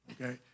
okay